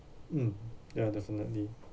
mm ya definitely